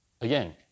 Again